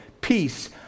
peace